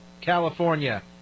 California